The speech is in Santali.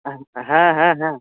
ᱟᱦ ᱦᱟᱸ ᱦᱟᱸ ᱦᱟᱸ